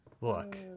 Look